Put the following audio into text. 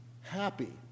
Happy